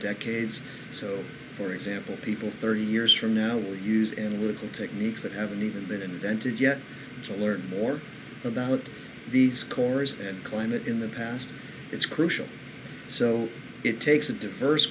decades so for example people thirty years from now will use analytical techniques that haven't even been invented yet to learn more about the scores and climate in the past it's crucial so it takes a diverse